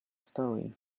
story